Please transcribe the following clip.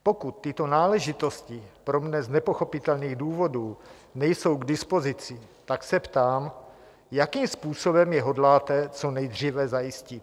Pokud tyto náležitosti pro mne z nepochopitelných důvodů nejsou k dispozici, tak se ptám, jakým způsobem je hodláte co nejdříve zajistit.